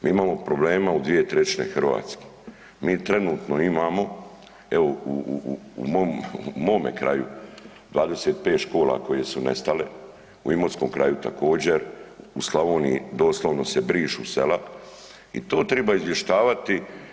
Mi imamo problema u dvije trećine Hrvatske, mi trenutno imamo evo u mome kraju 25 škola koje su nestale, u Imotskom kraju također, u Slavoniji doslovno se brišu sela i to treba izvještavati.